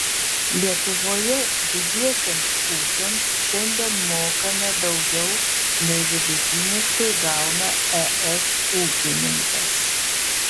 lietuvoje didiesiems ūkiams šiandien mokame daugiau nei vidutiniškai gauna es ūkininkas